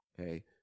okay